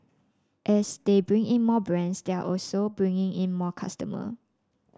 as they bring in more brands they are also bringing in more customer